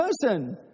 person